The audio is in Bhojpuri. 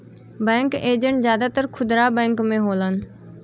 बैंकिंग एजेंट जादातर खुदरा बैंक में होलन